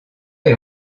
est